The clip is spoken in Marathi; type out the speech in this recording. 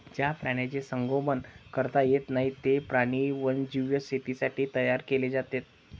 ज्या प्राण्यांचे संगोपन करता येत नाही, ते प्राणी वन्यजीव शेतीसाठी तयार केले जातात